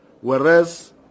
Whereas